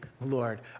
Lord